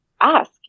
ask